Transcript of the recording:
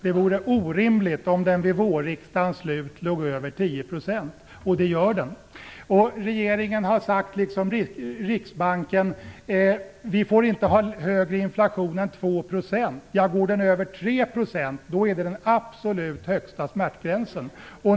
Det vore orimligt om den vid vårriksdagens slut låg över 10 %. Det gör den nu. Regeringen och Riksbanken har sagt att vi inte får ha en högre inflation än 2 %. Når den 3 % är det den absolut högsta smärtgränsen.